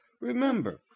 Remember